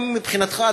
גם מבחינתך,